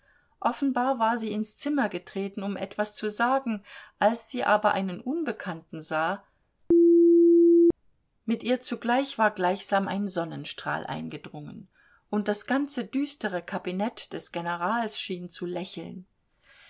offenbar war sie ins zimmer getreten um etwas zu sagen als sie aber einen unbekannten sah mit ihr zugleich war gleichsam ein sonnenstrahl eingedrungen und das ganze düstere kabinett des generals schien zu lächeln